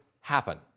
happen